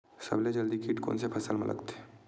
सबले जल्दी कीट कोन से फसल मा लगथे?